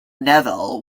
neville